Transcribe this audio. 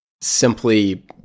simply